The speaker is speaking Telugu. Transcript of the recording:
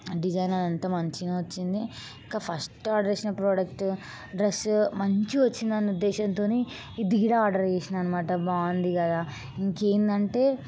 డిజైన్ అదంతా మంచిగా వచ్చింది ఇంకా ఫస్టు ఆర్డర్ చేసినప్పుడు ప్రొడక్టు డ్రెస్సు మంచిగా వచ్చిందని ఉద్దేశంతోనే ఇది కూడ ఆర్డర్ చేసినా అనమాట బాగుంది కదా ఇంకేందంటే